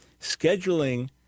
scheduling